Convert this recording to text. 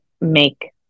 make